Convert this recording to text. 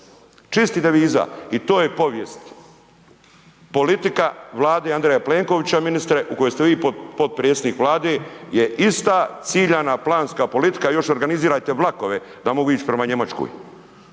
čistih deviza i to je povijest. Politika vlade Andreja Plenkovića ministre u kojoj ste vi potpredsjednik vlade je ista ciljana, planska politika, još organizirajte vlakove da mogu ići prema Njemačkoj.